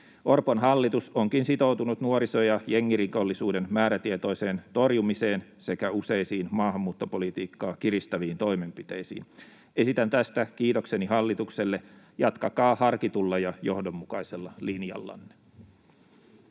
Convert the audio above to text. Orpon hallitus onkin sitoutunut nuoriso- ja jengirikollisuuden määrätietoiseen torjumiseen sekä useisiin maahanmuuttopolitiikkaa kiristäviin toimenpiteisiin. Esitän tästä kiitokseni hallitukselle. Jatkakaa harkitulla ja johdonmukaisella linjallanne.